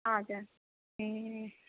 हजुर ए